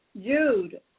Jude